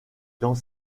dans